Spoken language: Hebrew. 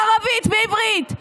ערבית ועברית,